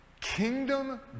kingdom